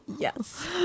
Yes